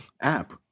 app